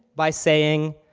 by saying,